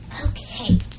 Okay